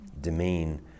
demean